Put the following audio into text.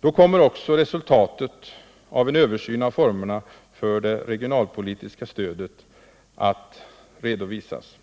Då kommer också resultatet av en översyn av formerna för det regionalpolitiska stödet att redovisas.